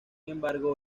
embargo